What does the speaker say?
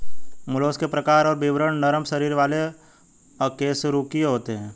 mollusc के प्रकार और विवरण नरम शरीर वाले अकशेरूकीय होते हैं